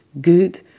good